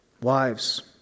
Wives